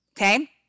okay